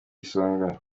isonga